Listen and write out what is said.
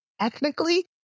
Ethnically